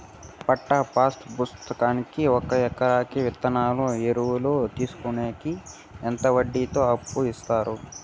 పట్టా passbook కి ఒక ఎకరాకి విత్తనాలు, ఎరువులు తీసుకొనేకి ఎంత వడ్డీతో అప్పు ఇస్తారు?